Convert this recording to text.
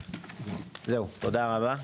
זהו, תודה רבה.